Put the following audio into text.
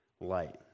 light